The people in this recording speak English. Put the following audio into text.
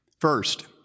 First